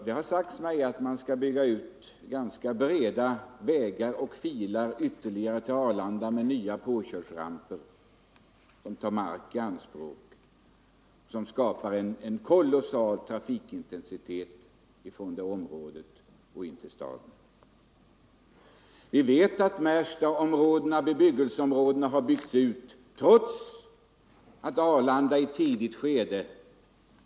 Det har sagts mig att man skall bredda vägar och bygga ytterligare filer med nya påkörsramper till Arlanda, vilket tar mark i anspråk och skapar en kolossal trafikintensitet ifrån detta område och in till staden. Vi vet att Märsta har byggts ut trots att beslutet om Arlanda kom i ett tidigt skede.